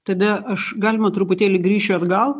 tada aš galima truputėlį grįšiu atgal